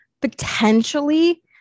potentially